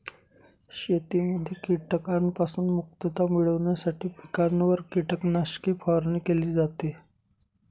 शेतीमध्ये कीटकांपासून मुक्तता मिळविण्यासाठी पिकांवर कीटकनाशके फवारणी केली जाते